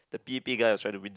the p_a_p guy was trying to win the